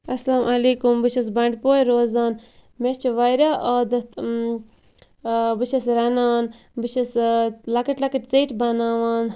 اَلسلام عیکُم بہٕ چھَس بَنڈپورِ روزان مےٚ چھِ واریاہ عادَت بہٕ چھَس رَنان بہٕ چھَس لۄکٕٹۍ لۄکٕٹۍ ژیٚٹۍ بَناوان